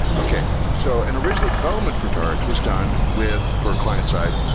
okay. so and originally, development for dart was done with for a client-side,